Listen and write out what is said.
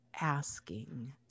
asking